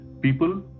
people